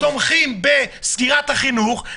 זה חמור מאוד,